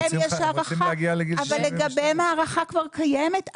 אבל הם רוצים להגיע לגיל --- אבל לגביהם ההארכה כבר קיימת,